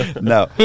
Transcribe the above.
No